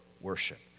worship